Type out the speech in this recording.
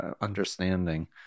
understanding